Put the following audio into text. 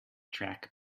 track